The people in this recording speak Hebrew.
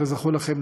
כזכור לכם,